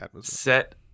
set